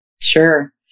Sure